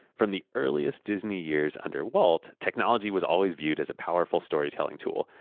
from the earliest disney years under walt, technology was always viewed as a powerful storytelling tool.